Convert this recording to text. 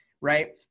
Right